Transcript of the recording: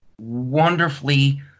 wonderfully